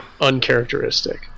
uncharacteristic